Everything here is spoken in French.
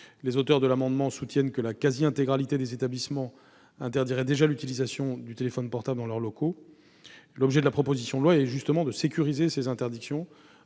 les auteurs de l'amendement soutiennent que la quasi-intégralité des établissements interdiraient déjà l'utilisation du téléphone portable dans leurs locaux. L'objet de la proposition de loi est justement de sécuriser ces interdictions,